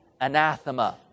anathema